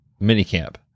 minicamp